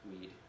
Weed